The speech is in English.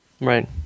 Right